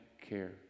care